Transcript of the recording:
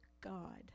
God